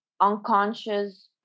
unconscious